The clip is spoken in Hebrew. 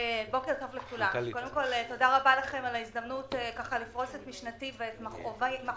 בוקר טוב ותודה רבה על ההזדמנות לפרוש את משנתי ואת מכאובי.